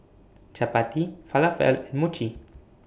Chapati Falafel and Mochi